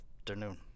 afternoon